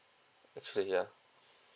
actually ya